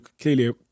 clearly